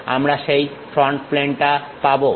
আমরা সেই ফ্রন্ট প্লেনটা পাবো